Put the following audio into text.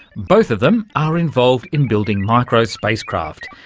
both of them are involved in building micro-spacecraft,